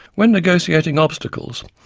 when negotiating obstacles,